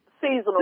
seasonal